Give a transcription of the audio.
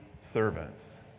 servants